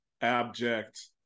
abject